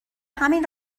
همین